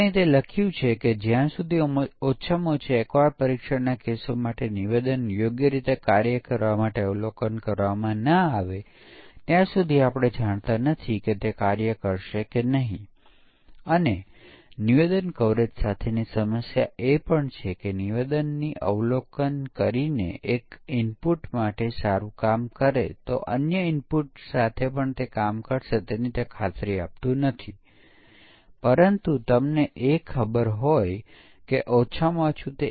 આપણે એક પરિમાણના દરેક મૂલ્યની તપાસ કરવી પડશે જ્યારે અન્ય પરિમાણો માટેના અન્ય મૂલ્યો ધ્યાનમાં લેવામાં આવશે ત્યારે પરિણામો શું છે